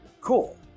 Cool